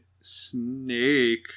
snake